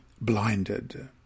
blinded